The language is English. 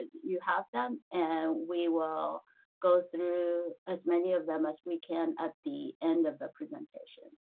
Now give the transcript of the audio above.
you have them and we will go through as many of them as we can at the end of the presentation.